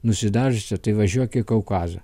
nusidažiusia tai važiuok į kaukazą